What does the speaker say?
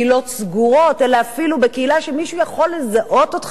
סגורות אלא אפילו בקהילה שמישהו יכול לזהות אותך,